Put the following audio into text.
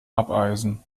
abeisen